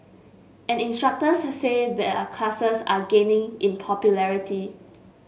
and instructors say their classes are gaining in popularity